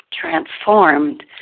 Transformed